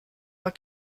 war